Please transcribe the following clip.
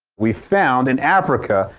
we found in africa,